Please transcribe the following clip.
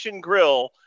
Grill